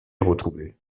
retrouvé